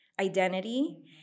identity